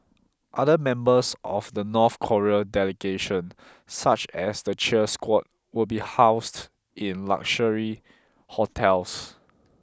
other members of the North Korean delegation such as the cheer squad will be housed in luxury hotels